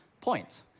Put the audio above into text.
point